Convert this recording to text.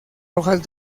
rojas